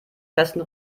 festen